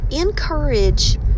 encourage